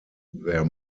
their